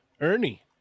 Ernie